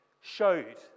showed